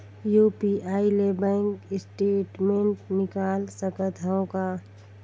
UPI ले bank statement निकाल सकत हवं का?